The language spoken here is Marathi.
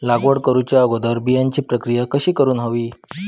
लागवड करूच्या अगोदर बिजाची प्रकिया कशी करून हवी?